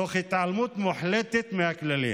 תוך התעלמות מוחלטת מהכללים.